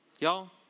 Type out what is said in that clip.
Y'all